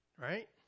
right